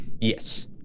Yes